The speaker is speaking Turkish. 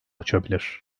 açabilir